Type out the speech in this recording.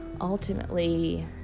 ultimately